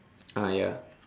ah ya